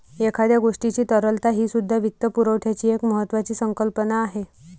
एखाद्या गोष्टीची तरलता हीसुद्धा वित्तपुरवठ्याची एक महत्त्वाची संकल्पना आहे